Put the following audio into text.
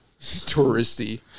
Touristy